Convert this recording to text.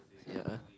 ya